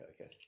okay